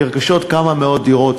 נרכשות כמה מאות דירות,